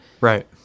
right